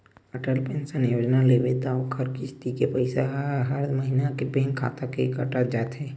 Atal pension Yojana लेबे त ओखर किस्ती के पइसा ह हर महिना बेंक खाता ले कटत जाही